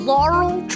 Laurel